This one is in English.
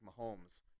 Mahomes